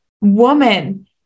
woman